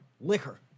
Liquor